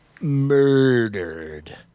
murdered